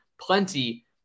plenty